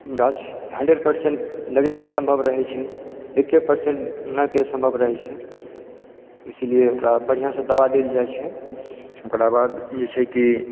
गाछ hundred percent लगैके सम्भव रहै छै एके परसेंट नऽके सम्भव रहै छै इसलिए ओकरा बढ़िआँसँ दबा देल जाइ छै ओकराबाद जे छै की